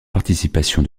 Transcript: participation